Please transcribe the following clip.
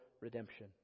redemption